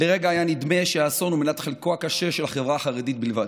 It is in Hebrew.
לרגע היה נדמה שהאסון הוא מנת חלקה הקשה של החברה החרדית בלבד.